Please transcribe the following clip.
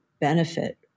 benefit